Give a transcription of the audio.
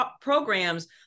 programs